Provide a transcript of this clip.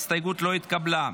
ההסתייגות לא התקבלה.